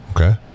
Okay